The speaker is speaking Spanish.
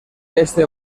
este